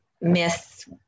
miss